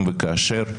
אם וכאשר,